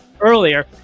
earlier